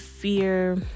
fear